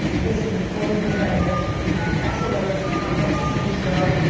i think this brings a totally different dynamic. it gives extra layers of context to the show.